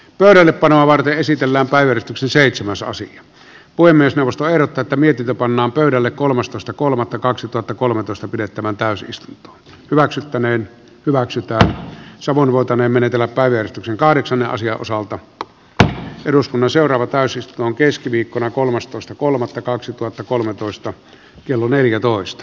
pöydällepanoa varten esitellään päivän yksi seitsemän sasi voi myös nostaa eroteta mietitä pannaan pöydälle kolmastoista kolmannetta kaksituhattakolmetoista pidettävään täysistunto hyväksyttäneen hyväksytään savon voitaneen menetellä päivystyksen kahdeksan asian osalta eduskunnan seuraava täysistuntoon keskiviikkona kolmastoista kolmannetta kaksituhattakolmetoista kello neljätoista